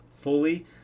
fully